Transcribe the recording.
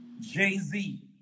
Jay-Z